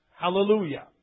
Hallelujah